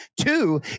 Two